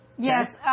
Yes